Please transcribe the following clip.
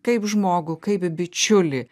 kaip žmogų kaip bičiulį